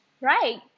Right